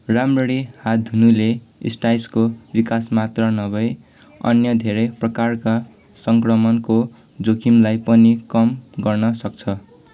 राम्ररी हात धुनुले स्टाइसको विकास मात्र नभइ अन्य धेरै प्रकारका सङ्क्रमणको जोखिमलाई पनि कम गर्न सक्छ